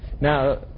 now